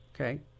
Okay